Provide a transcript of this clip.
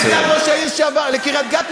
כסגן ראש העיר לשעבר בקריית-גת,